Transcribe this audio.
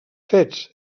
fets